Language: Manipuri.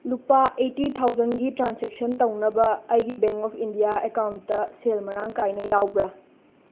ꯂꯨꯄꯥ ꯑꯩꯇꯤ ꯊꯥꯎꯖꯟꯒꯤ ꯇ꯭ꯔꯥꯟꯁꯦꯛꯁꯟ ꯇꯧꯅꯕ ꯑꯩꯒꯤ ꯕꯦꯡ ꯑꯣꯐ ꯏꯟꯗꯤꯌꯥ ꯑꯦꯀꯥꯎꯟꯇ ꯁꯦꯜ ꯃꯔꯥꯡ ꯀꯥꯏꯅ ꯌꯥꯎꯕꯔ